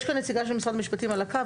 יש כאן נציגה של משרד המשפטים על הקו,